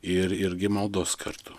ir irgi maldos kartu